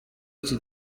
iki